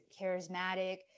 charismatic